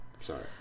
Sorry